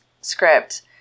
script